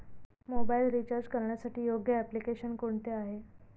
Mobile recharge करण्यासाठी योग्य application कोणते आहे?